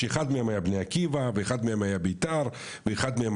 שאחד מהם היה בני עקיבא ואחד מהם היה בית"ר ואחד מהם